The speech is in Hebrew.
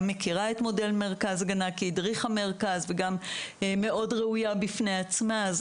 מכירה את מודל מרכז הגנה כי היא הדריכה מרכז וגם מאוד ראויה בפני עצמה,